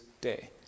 day